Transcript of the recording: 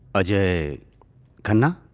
ajay khanna?